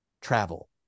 travel